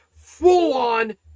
full-on